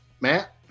Matt